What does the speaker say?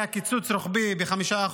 היה קיצוץ רוחבי ב-5%,